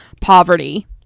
Poverty